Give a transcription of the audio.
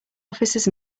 officers